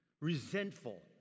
resentful